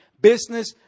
Business